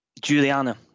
Juliana